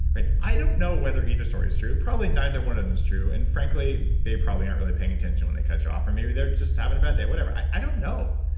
i i don't know whether either story is true. probably neither one and is true. and frankly, they probably aren't really paying attention when they cut you off or maybe they're just having a bad day. whatever. i i don't know.